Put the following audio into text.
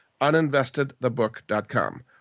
uninvestedthebook.com